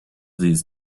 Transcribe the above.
these